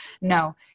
No